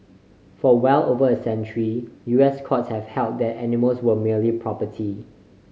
for well over a century U S courts have held that animals were merely property